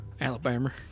Alabama